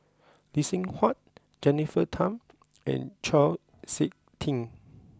Lee Seng Huat Jennifer Tham and Chau Sik Ting